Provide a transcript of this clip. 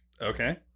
Okay